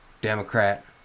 Democrat